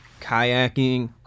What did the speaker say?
kayaking